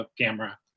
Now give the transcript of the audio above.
camera